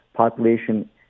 population